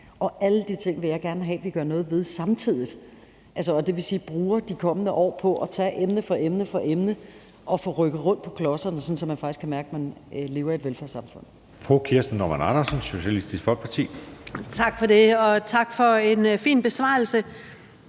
Og alle de ting vil jeg gerne have vi gør noget ved samtidig, altså at vi bruger de kommende år på at tage emne for emne og få rykket rundt på klodserne, sådan at man faktisk kan mærke, at man lever i et velfærdssamfund.